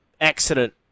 accident